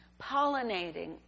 pollinating